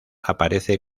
aparece